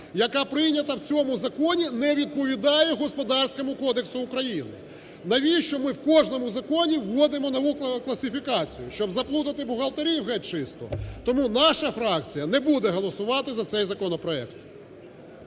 яка прийнята в цьому законі, не відповідає Господарському кодексу України. Навіщо ми в кожному законі вводимо нову класифікацію? Щоб заплутати бухгалтерів геть-чисто? Тому наша фракція не буде голосувати за цей законопроект.